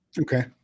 Okay